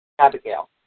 Abigail